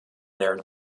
their